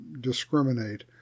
discriminate